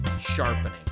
sharpening